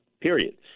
Period